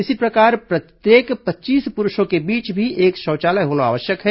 इसी प्रकार प्रत्येक पच्चीस पुरूषों के बीच भी एक शौचालय होना आवश्यक है